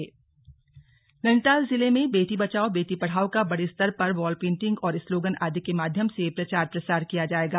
slug कार्यशाला नैनीताल नैनीताल जिले में बेटी बचाओ बेटी पढ़ाओ का बड़े स्तर पर वॉल पेंटिंग और स्लोगन आदि के माध्यम से प्रचार प्रसार किया जाएगा